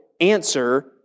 answer